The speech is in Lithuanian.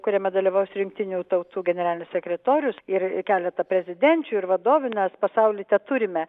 kuriame dalyvaus ir jungtinių tautų generalinis sekretorius ir keletą prezidenčių ir vadovų nes pasauly teturime